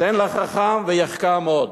תן לחכם ויחכם עוד.